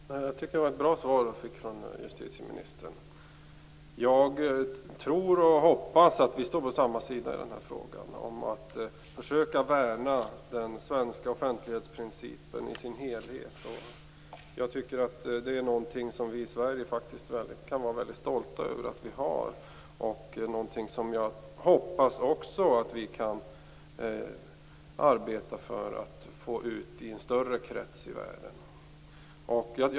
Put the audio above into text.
Fru talman! Jag tycker att det var ett bra svar jag fick av justitieministern. Jag tror och hoppas att vi står på samma sida när det gäller att försöka värna den svenska offentlighetsprincipen i dess helhet. Den är någonting som vi i Sverige kan vara väldigt stolta över att ha. Jag hoppas också att vi kan arbeta för att föra ut den till en större krets i världen.